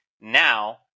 now